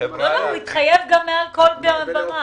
התחייב מכל כל במה.